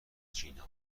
جینا